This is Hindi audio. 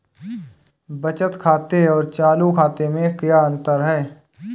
बचत खाते और चालू खाते में क्या अंतर है?